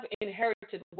inherited